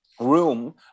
room